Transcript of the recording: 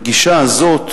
שהגישה הזאת,